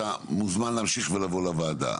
אתה מוזמן להמשיך ולבוא לוועדה.